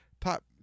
top